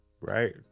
right